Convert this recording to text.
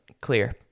clear